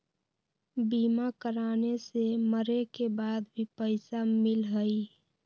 बीमा कराने से मरे के बाद भी पईसा मिलहई?